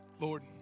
Lord